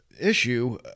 issue